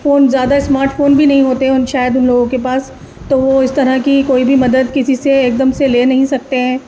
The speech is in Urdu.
فون زیادہ اسماٹ فون بھی نہیں ہوتے ہیں ان شاید ان لوگوں کے پاس تو وہ اس طرح کی کوئی بھی مدد کسی سے ایک دم سے لے نہیں سکتے ہیں